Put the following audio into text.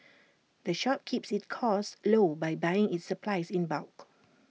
the shop keeps its costs low by buying its supplies in bulk